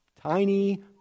tiny